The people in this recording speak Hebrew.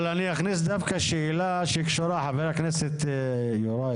אבל אני אכניס דווקא שאלה שקשורה חבר הכנסת יוראי,